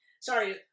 Sorry